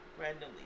Randomly